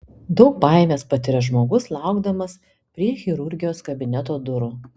daug baimės patiria žmogus laukdamas prie chirurgijos kabineto durų